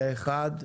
פה אחד.